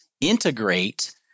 integrate